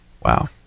Wow